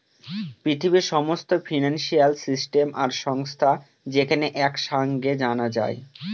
পৃথিবীর সমস্ত financial system আর সংস্থা যেখানে এক সাঙে জানা যায়